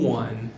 one